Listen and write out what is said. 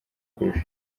kurusha